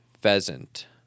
pheasant